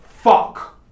fuck